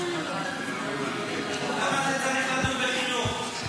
למה צריך לדון בחינוך?